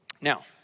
Now